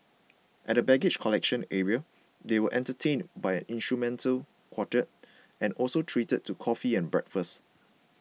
at the baggage collection area they were entertained by an instrumental quartet and also treated to coffee and breakfast